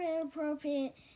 inappropriate